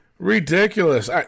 Ridiculous